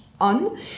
on